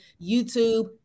YouTube